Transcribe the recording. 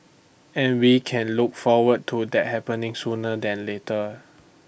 and we can look forward to that happening sooner than later